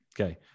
Okay